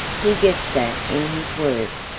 he gets that in his work.